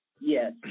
yes